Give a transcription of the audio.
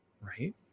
right